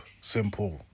Simple